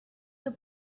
the